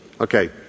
Okay